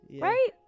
right